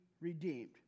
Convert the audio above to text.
redeemed